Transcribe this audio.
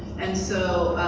and so,